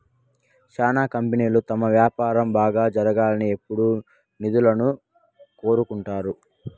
శ్యానా కంపెనీలు తమ వ్యాపారం బాగా జరగాలని ఎప్పుడూ నిధులను కోరుకుంటారు